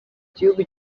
gihugu